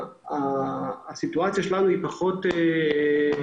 בהקשר הזה הסיטואציה שלנו היא פחות רלוונטית.